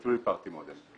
ו-Three Party Model.